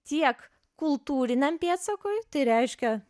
tiek kultūriniam pėdsakui tai reiškia